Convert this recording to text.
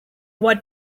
what